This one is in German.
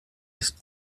ist